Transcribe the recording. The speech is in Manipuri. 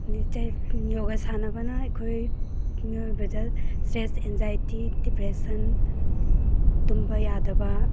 ꯌꯣꯒꯥ ꯁꯥꯟꯅꯕꯅ ꯑꯩꯈꯣꯏ ꯃꯤꯑꯣꯏꯕꯗ ꯁ꯭ꯇꯔꯦꯁ ꯑꯦꯟꯖꯥꯏꯇꯤ ꯗꯤꯄ꯭ꯔꯦꯁꯟ ꯇꯨꯝꯕ ꯌꯥꯗꯕ